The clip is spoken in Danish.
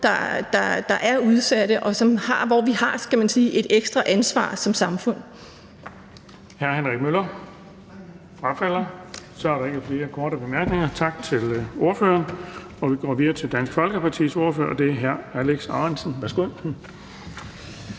der er udsatte, og hvor vi har, kan man sige, et ekstra ansvar som samfund.